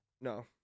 No